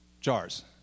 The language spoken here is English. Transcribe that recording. Jars